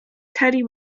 teddy